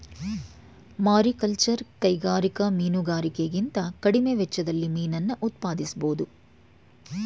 mariculture ಕೈಗಾರಿಕಾ ಮೀನುಗಾರಿಕೆಗಿಂತ ಕಡಿಮೆ ವೆಚ್ಚದಲ್ಲಿ ಮೀನನ್ನ ಉತ್ಪಾದಿಸ್ಬೋಧು